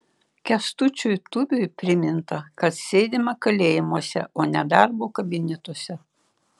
kęstučiui tubiui priminta kad sėdima kalėjimuose o ne darbo kabinetuose